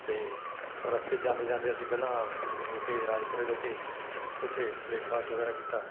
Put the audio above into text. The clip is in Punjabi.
ਅਤੇ ਰਸਤੇ 'ਚ ਜਾਂਦੇ ਜਾਂਦੇ ਅਸੀਂ ਪਹਿਲਾਂ ਰੁਕੇ ਰਾਜਪੁਰੇ ਰੁਕੇ ਉੱਥੇ ਬ੍ਰੇਕਫਾਸਟ ਵਗੈਰਾ ਕੀਤਾ